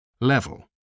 level